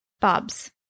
Bob's